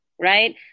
Right